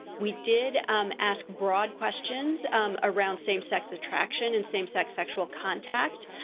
we did ask broad questions around same-sex attraction and same-sex sexual contact.